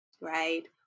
right